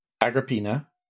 Agrippina